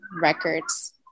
Records